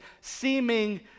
seeming